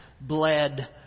bled